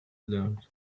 learned